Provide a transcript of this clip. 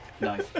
Nice